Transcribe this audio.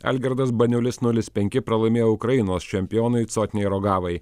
algirdas baniulis nulis penki pralaimėjo ukrainos čempionui cotnei rogavai